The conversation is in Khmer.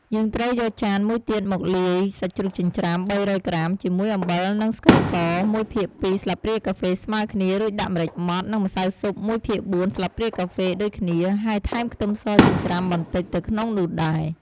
យើងត្រូវយកចានមួយទៀតមកលាយ សាច់ជ្រូកចិញ្ច្រាំ ៣០០ ក្រាម ជាមួយ អំបិល និងស្ករស ១ភាគ២ ស្លាបព្រាកាហ្វេស្មើគ្នា រួចដាក់ម្រេចម៉ដ្ឋ និងម្សៅស៊ុប ១ភាគ៤ ស្លាបព្រាកាហ្វេដូចគ្នាហើយថែមខ្ទឹមសចិញ្ច្រាំបន្តិចទៅក្នុងនោះដែរ។